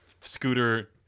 scooter